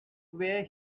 where